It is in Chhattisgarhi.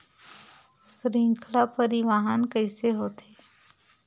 श्रृंखला परिवाहन कइसे होथे?